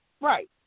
Right